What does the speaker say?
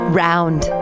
round